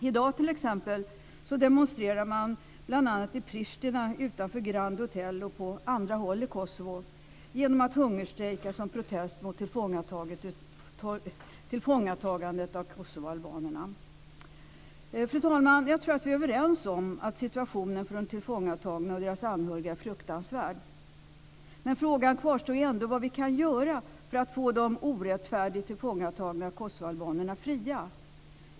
I dag, t.ex., demonstrerar man bl.a. i Pristina, utanför Grand Hotell, och på andra håll i Kosovo genom att hungerstrejka som protest mot tillfångatagandet av kosovoalbanerna. Fru talman! Jag tror att vi är överens om att situationen för de tillfångatagna och deras anhöriga är fruktansvärd. Men frågan kvarstår ändå: Vad kan vi göra för att få de orättfärdigt tillfångatagna kosovoalbanerna fria?